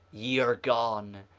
ye are gone,